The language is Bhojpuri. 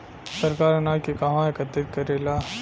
सरकार अनाज के कहवा एकत्रित करेला?